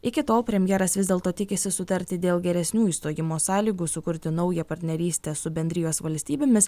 iki tol premjeras vis dėlto tikisi sutarti dėl geresnių išstojimo sąlygų sukurti naują partnerystę su bendrijos valstybėmis